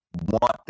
want